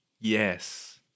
Yes